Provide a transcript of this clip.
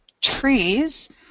trees